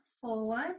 forward